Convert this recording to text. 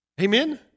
Amen